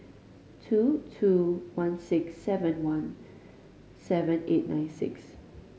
two two one six seven one seven eight nine six